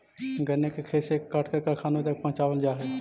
गन्ने को खेत से काटकर कारखानों तक पहुंचावल जा हई